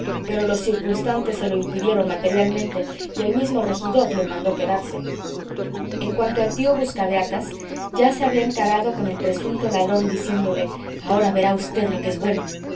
pero los circunstantes se lo impidieron materialmente y el mismo regidor le mandó quedarse en cuanto al tío buscabeatas ya se había encarado con el presunto ladrón diciéndole ahora verá v lo que es bueno